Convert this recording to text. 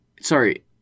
Sorry